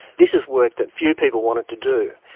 this is work that few people wanted to do,